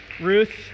Ruth